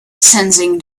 sensing